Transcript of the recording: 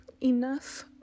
enough